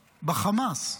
בנאנסות, לא מתעסקים בחמאס.